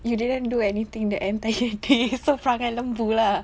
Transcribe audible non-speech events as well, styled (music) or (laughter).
you didn't do anything the entire day (laughs) so perangai lembu lah